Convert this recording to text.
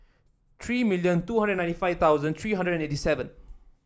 three million two hundred ninety five thousand three hundred eighty seven